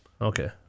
Okay